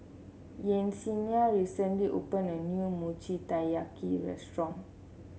Yesenia recently opened a new Mochi Taiyaki restaurant